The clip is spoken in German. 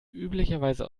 üblicherweise